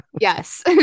Yes